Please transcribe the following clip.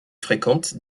fréquentes